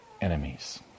enemies